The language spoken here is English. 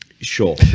sure